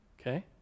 Okay